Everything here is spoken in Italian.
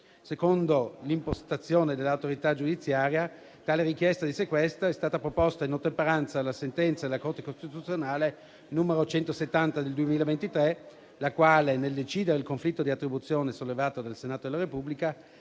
Secondo l'impostazione dell'autorità giudiziaria, tale richiesta di sequestro è stata proposta in ottemperanza alla sentenza della Corte costituzionale n. 170 del 2023, la quale, nel decidere il conflitto di attribuzione sollevato dal Senato della Repubblica